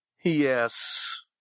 Yes